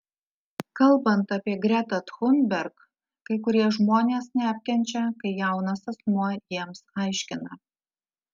kalbant apie gretą thunberg kai kurie žmonės neapkenčia kai jaunas asmuo jiems aiškina